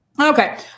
Okay